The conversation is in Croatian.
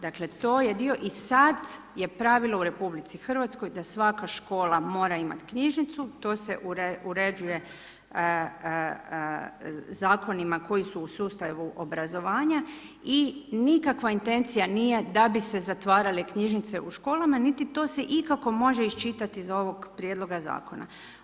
Dakle, to je… i sad je pravilo u RH da svaka škola mora imati knjižnicu, to se uređuje zakonima koji su u sustavu obrazovanja i nikakva intencija nije da bi se zatvarale knjižnice u školama niti to se ikako može iščitati iz ovog Prijedloga Zakona.